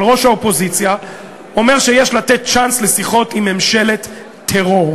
אבל ראש האופוזיציה אומר שיש לתת צ'אנס לשיחות עם ממשלת טרור.